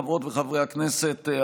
חברות וחברי הכנסת,